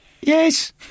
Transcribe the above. yes